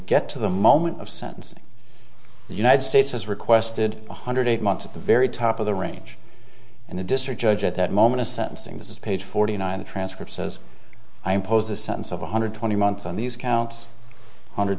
get to the moment of sentencing the united states has requested one hundred eight months at the very top of the range and the district judge at that moment of sentencing this is page forty nine the transcript says i impose a sentence of one hundred twenty months on these counts hundred